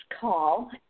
call